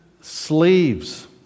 slaves